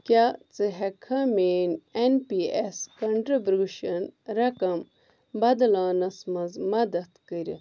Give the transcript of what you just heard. کیٛاہ ژٕ ہیٚکہِ کھا میٛٲنۍ ایٚن پی ایٚس کنٹرٛبیٛوشن رقم بدلاونَس منٛز مدد کٔرتھ